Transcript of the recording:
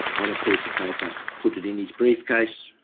on a piece of paper, put it in his briefcase.